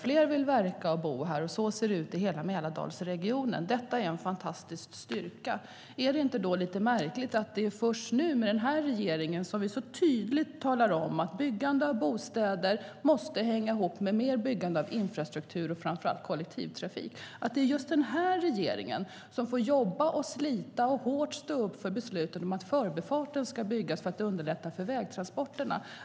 Fler vill verka och bo här, och så ser det ut i hela Mälardalsregionen. Detta är fantastisk styrka. Är det då inte lite märkligt att det är först nu, med denna regering, som vi så tydligt talar om att byggande av bostäder måste hänga ihop med mer byggande av infrastruktur och framför allt kollektivtrafik? Är det inte märkligt att det är just den här regeringen som får jobba, slita och hårt stå upp för beslutet om att Förbifarten ska byggas för att underlätta för vägtransporterna?